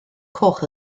coch